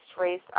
race